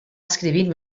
escrivint